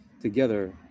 together